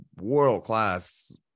world-class